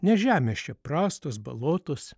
nes žemės čia prastos balotos